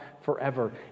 forever